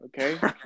okay